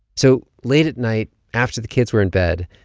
so late at night, after the kids were in bed,